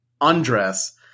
undress